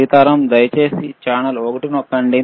సీతారాం దయచేసి ఛానెల్ ఒకటి నొక్కండి